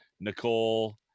nicole